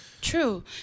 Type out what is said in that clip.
True